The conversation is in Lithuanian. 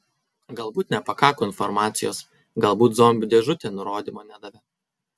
galbūt nepakako informacijos galbūt zombių dėžutė nurodymo nedavė